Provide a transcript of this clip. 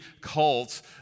cults